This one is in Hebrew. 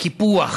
קיפוח